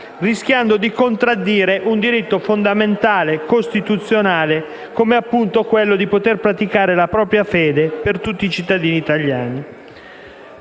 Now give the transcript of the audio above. rischiando di contraddire un diritto costituzionale fondamentale, come è appunto quello di poter praticare la propria fede per tutti i cittadini italiani.